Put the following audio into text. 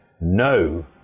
No